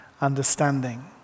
understanding